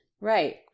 Right